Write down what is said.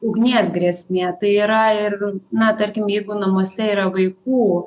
ugnies grėsmė tai yra ir na tarkim jeigu namuose yra vaikų